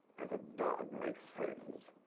as a dog makes friends.